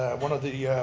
one of the,